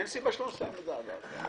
אין סיבה שלא נסיים עד אז.